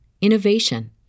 innovation